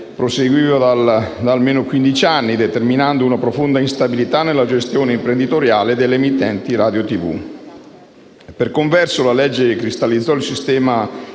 proseguiva da almeno quindici anni, determinando una profonda instabilità nella gestione imprenditoriale delle emittenti radio-televisive. Per converso, la legge cristallizzò il sistema